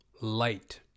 Light